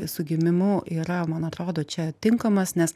su gimimu yra man atrodo čia tinkamas nes